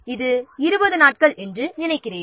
இது 20 நாட்கள் என்று நினைக்கிறேன்